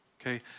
Okay